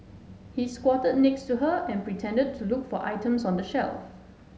he squatted next to her and pretended to look for items on the shelf